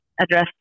address